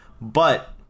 But-